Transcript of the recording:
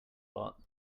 lot